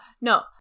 no